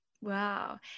Wow